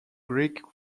greek